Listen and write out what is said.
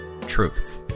truth